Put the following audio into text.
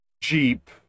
jeep